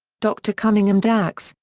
dr cunningham dax,